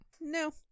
No